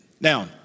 Now